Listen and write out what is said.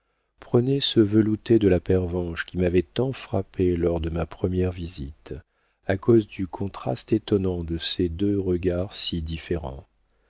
ce velouté de la pervenche qui m'avait tant frappé lors de ma première visite à cause du contraste étonnant de ces deux regards si différents